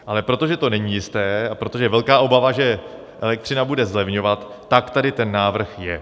Ale protože to není jisté a protože je velká obava, že elektřina bude zlevňovat, tak tady ten návrh je.